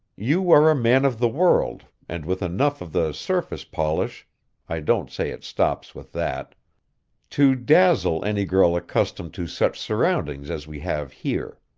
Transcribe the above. you are a man of the world and with enough of the surface polish i don't say it stops with that to dazzle any girl accustomed to such surroundings as we have here.